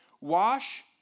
Wash